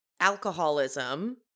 alcoholism